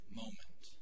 moment